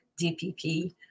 DPP